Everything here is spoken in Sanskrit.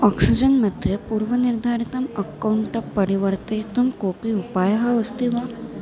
आक्सिजन् मध्ये पूर्वनिर्धारितम् अक्कौण्ट् परिवर्तयितुं कोपि उपायः अस्ति वा